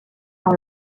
dans